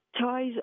ties